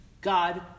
God